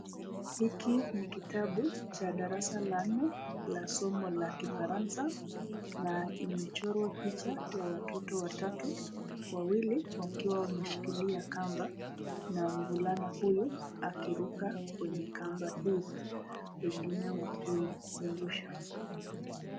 Hiki ni kitabu cha darasa la nne la somo la kifaransa, na imechorwa picha ya watoto watatu ,wawili wakiwa wameshikilia kamba, na mvulana huyu akiruka kwenye kamba hii .Wengine wakizungusha.